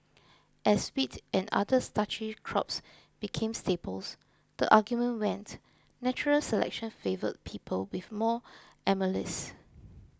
as wheat and other starchy crops became staples the argument went natural selection favoured people with more amylase